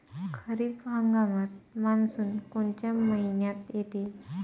खरीप हंगामात मान्सून कोनच्या मइन्यात येते?